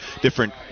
different